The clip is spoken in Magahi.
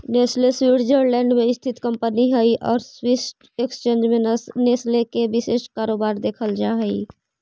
नेस्ले स्वीटजरलैंड में स्थित कंपनी हइ आउ स्विस एक्सचेंज में नेस्ले के विशेष कारोबार देखल जा हइ